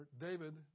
David